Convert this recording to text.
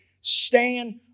Stand